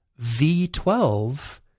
V12